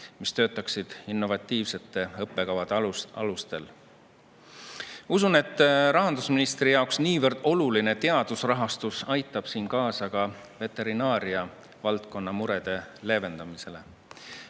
mis töötaksid innovatiivsete õppekavade alusel. Usun, et rahandusministri jaoks niivõrd oluline teadusrahastus aitab siin kaasa ka veterinaariavaldkonna murede leevendamisele.